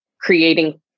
creating